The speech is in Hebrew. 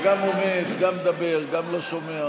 אתה גם עומד, גם מדבר, גם לא שומע.